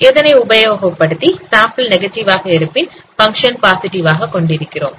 இதனை உபயோகப்படுத்தி சாம்பிள் நெகட்டிவாக இருப்பின் பங்க்ஷன் பாசிட்டிவாக கொண்டிருக்கிறோம்